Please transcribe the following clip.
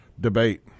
debate